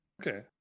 Okay